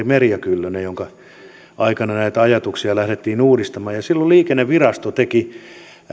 merja kyllönen jonka aikana näitä ajatuksia lähdettiin uudistamaan silloin liikennevirasto teki